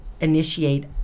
initiate